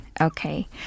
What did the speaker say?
Okay